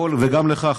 וגם לך,